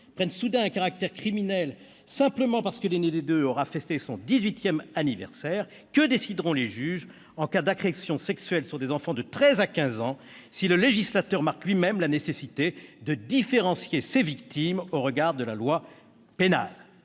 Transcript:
prenne soudain un caractère criminel, simplement parce que l'aîné des deux aura fêté son dix-huitième anniversaire ? Que décideront les juges en cas d'agression sexuelle sur des enfants de treize à quinze ans si le législateur marque lui-même la nécessité de différencier ces victimes au regard de la loi pénale ?